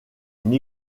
une